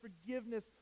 forgiveness